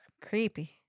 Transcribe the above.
creepy